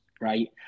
Right